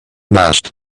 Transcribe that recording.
last